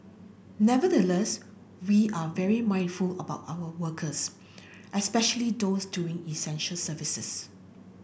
nevertheless we are very mindful about our workers especially those doing essential services